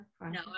No